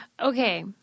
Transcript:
Okay